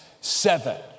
seven